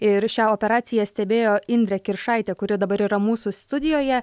ir šią operaciją stebėjo indrė kiršaitė kuri dabar yra mūsų studijoje